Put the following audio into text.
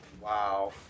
Wow